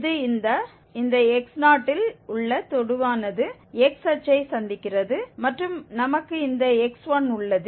இது இந்த இந்த x0 இல் உள்ள தொடுவானது x அச்சை சந்திக்கிறது மற்றும் நமக்கு இந்த x1உள்ளது